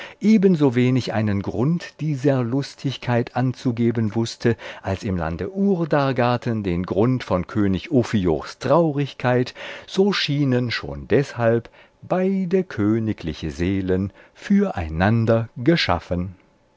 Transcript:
einen grund dieser lustigkeit anzugeben wußte als im lande urdargarten den grund von könig ophiochs traurigkeit so schienen schon deshalb beide königliche seelen für einander geschaffen